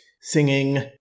singing